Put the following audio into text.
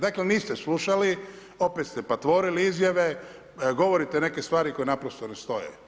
Dakle, niste slušali, opet ste patvorili izjave, govorite neke stvari koji naprosto ne stoje.